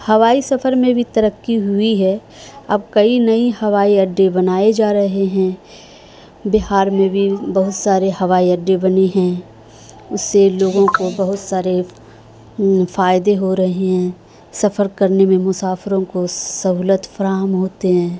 ہوائی سفر میں بھی ترقی ہوئی ہے اب کئی نئی ہوائی اڈے بنائے جا رہے ہیں بہار میں بھی بہت سارے ہوائی اڈے بنے ہیں اس سے لوگوں کو بہت سارے فائدے ہو رہے ہیں سفر کرنے میں مسافروں کو سہولت فراہم ہوتے ہیں